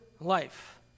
life